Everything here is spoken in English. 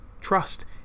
trust